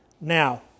Now